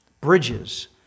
bridges